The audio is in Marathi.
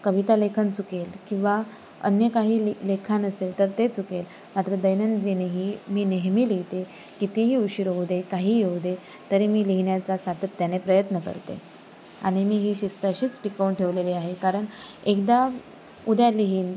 कवितालेखन चुकेल किंवा अन्य काही ले लिखाण असेल तर ते चुकेल मात्र दैनंदिनी ही मी नेहमी लिहिते कितीही उशीर होऊ दे काहीही होऊ दे तरी मी लिहिण्याचा सातत्याने प्रयत्न करते आनि मी ही शिस्त अशीच टिकवून ठेवलेली आहे कारण एकदा उद्या लिहीन